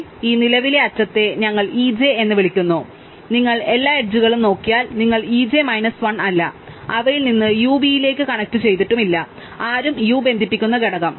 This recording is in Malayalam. അതിനാൽ ഈ നിലവിലെ അറ്റത്തെ ഞങ്ങൾ e j എന്ന് വിളിക്കുന്നു അതിനാൽ നിങ്ങൾ എല്ലാ എഡ്ജുകളും നോക്കിയാൽ നിങ്ങൾ e j മൈനസ് 1 അല്ല അവയിൽ നിന്ന് U Vയിലേക്ക് കണക്റ്റുചെയ്തിട്ടില്ല ആരും U ബന്ധിപ്പിക്കുന്ന ഘടകം